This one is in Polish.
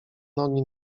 nogi